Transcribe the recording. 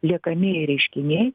liekamieji reiškiniai